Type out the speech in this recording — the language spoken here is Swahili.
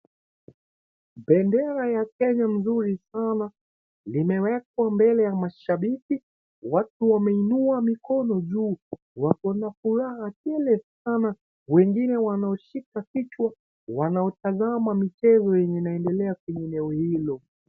Bendera ya Kenya mzuri sana limewekwa mbele ya mashabiki, watu wameinua mikono juu, wako na furaha tele sana, wengine wanaoshika kichwa wanautazama michezo yenye inaendelea kwenye eneo hilo.